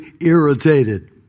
irritated